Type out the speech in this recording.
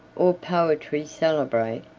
or poetry celebrate,